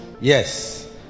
Yes